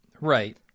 right